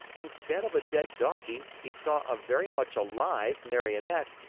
instead of a dead donkey, he saw a very much alive marionette,